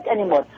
anymore